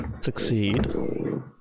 succeed